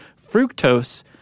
Fructose